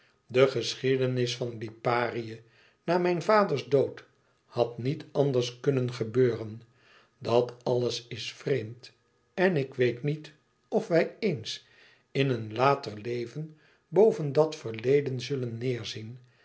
de geschiedenis van liparië na mijns vaders dood had niet anders kunnen gebeuren dat alles is vreemd en ik weet niet e ids aargang wij eens in een later leven boven dat verleden zullen